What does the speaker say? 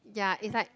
ya it's like